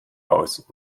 aus